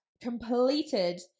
completed